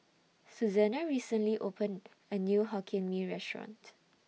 Suzanna recently opened A New Hokkien Mee Restaurant